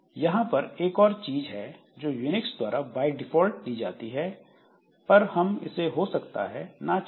वहां पर एक और चीज है जो यूनिक्स द्वारा बाय डिफॉल्ट दी जाती है पर हम इसे हो सकता है ना चाहें